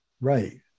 Right